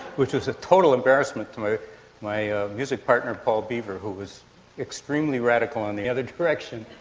which was a total embarrassment to my my music partner paul beaver who was extremely radical in the other direction.